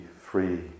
free